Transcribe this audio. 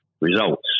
results